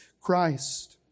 Christ